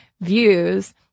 views